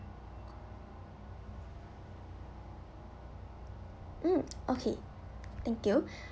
mm okay thank you